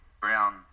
Brown